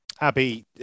Abby